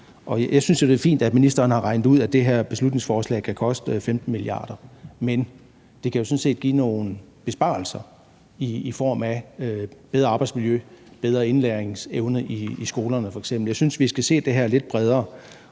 jeg synes, det er fint, at ministeren har regnet ud, at det her beslutningsforslag kan koste 15 mia. kr., men det kan jo sådan set give nogle besparelser i form af bedre arbejdsmiljø og bedre indlæringsevne i skolerne f.eks. Jeg synes, vi skal se det her lidt bredere,